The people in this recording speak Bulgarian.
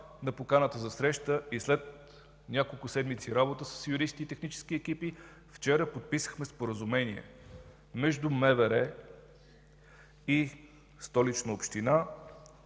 на поканата за среща и след няколко седмици работа с юристи и технически екипи вчера подписахме споразумение между МВР и Столична община,